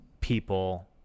people